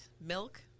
milk